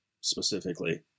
specifically